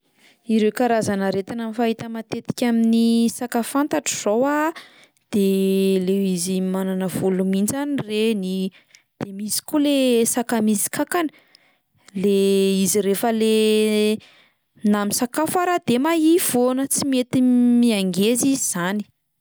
Ireo karazan'aretina fahita matetika amin'ny saka fantatro zao a de le izy manana volo mihintsana ireny, de misy koa le saka misy kankana le izy rehefa le na misakafo ary de mahia foana tsy mety mihangeza izy zany.